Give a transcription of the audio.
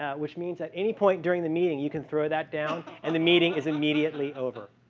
ah which means that any point during the meeting, you can throw that down and the meeting is immediately over.